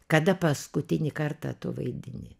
kada paskutinį kartą tu vaidini